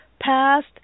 past